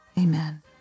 Amen